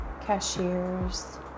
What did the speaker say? cashiers